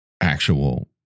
actual